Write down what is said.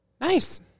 Nice